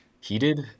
heated